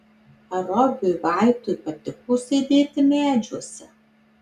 ar robiui vaitui patiko sėdėti medžiuose